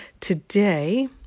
today